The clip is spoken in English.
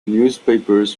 newspapers